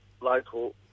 local